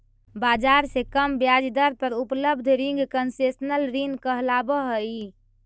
बाजार से कम ब्याज दर पर उपलब्ध रिंग कंसेशनल ऋण कहलावऽ हइ